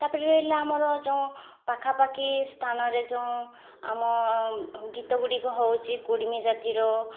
ତା'ପରେ ରହିଲା ଆମର ଯେଉଁ ପାଖାପାଖି ସ୍ଥାନରେ ଯେଉଁ ଆମ ଗୀତ ଗୁଡ଼ିକ ହେଉଛି କୁଡ଼ିମୀ ଜାତିର